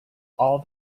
all